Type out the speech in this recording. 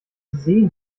sehen